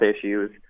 issues